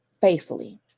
faithfully